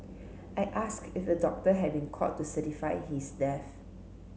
I asked if a doctor had been called to certify his death